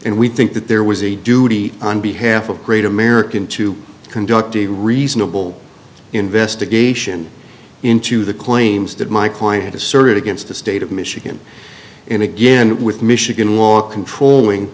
and we think that there was a duty on behalf of great american to conduct a reasonable investigation into the claims that my client asserted against the state of michigan and again with michigan law controlling